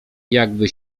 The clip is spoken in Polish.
jakby